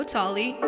Tali